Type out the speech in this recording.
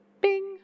Bing